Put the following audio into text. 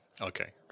Okay